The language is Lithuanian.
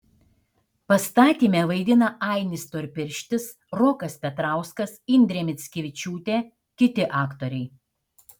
pastatyme vaidina ainis storpirštis rokas petrauskas indrė mickevičiūtė kiti aktoriai